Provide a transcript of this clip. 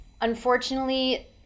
unfortunately